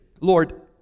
Lord